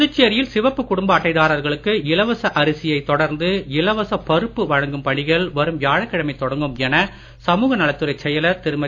புதுச்சேரியில் சிவப்பு குடும்ப அட்டை தாரர்களுக்கு இலவச அரிசை தொடர்ந்து இலவச பருப்பு வழங்கும் பணிகள் வரும் வியாழக்கிழமை தொடங்கும் என சமுக நலத்துறைச் செயலர் திருமதி